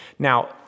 Now